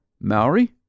Maori